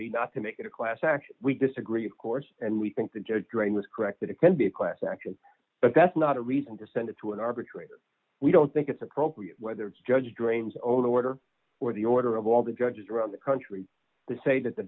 be not to make it a class action we disagree of course and we think the judge drane was correct that it can be a class action but that's not a reason to send it to an arbitrator we don't think it's appropriate whether it's judge drains only order or the order of all the judges around the country to say that the